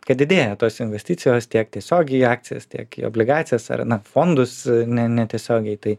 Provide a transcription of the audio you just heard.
kad didėja tos investicijos tiek tiesiogiai į akcijas tiek į obligacijas ar na fondus ne netiesiogiai tai